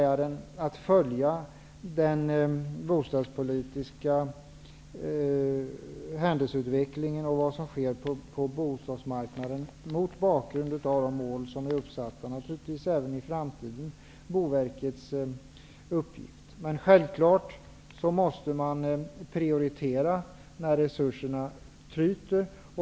Att följa den bostadspolitiska händelseutvecklingen och vad som sker på bostadsmarknaden mot bakgrund av de mål som är uppsatta är naturligtvis även i framtiden Boverkets uppgift. Men självfallet måste man prioritera när resurserna tryter.